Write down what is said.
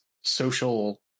social